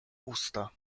usta